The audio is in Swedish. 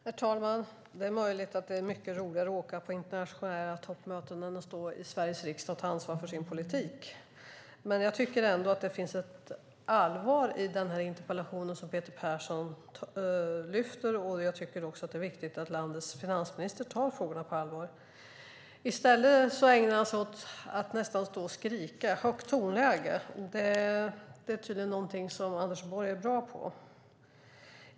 Herr talman! Det är möjligt att det är mycket roligare att åka på internationella toppmöten än att stå i Sveriges riksdag och ta ansvar för sin politik. Jag tycker ändå att det finns ett allvar i den interpellation som Peter Persson lyfter fram, och det är viktigt att landets finansminister tar frågorna på allvar. I stället ägnar han sig åt att nästan stå och skrika. Ett högt tonläge är tydligen någonting som Anders Borg är bra på.